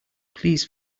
please